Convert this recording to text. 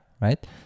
right